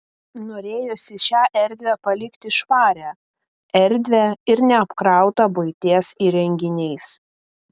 norėjosi šią erdvę palikti švarią erdvią ir neapkrautą buities įrenginiais